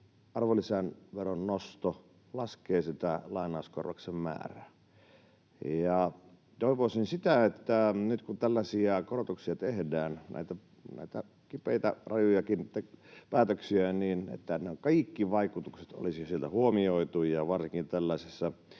arvonlisäveron nosto laskee sitä lainauskorvauksen määrää. Toivoisin sitä, että nyt kun tällaisia korotuksia tehdään, näitä kipeitä, rajujakin päätöksiä, niin ne kaikki vaikutukset olisi siellä huomioitu ja varsinkin tällaisella